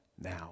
now